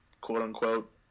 quote-unquote